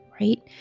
right